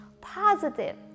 positive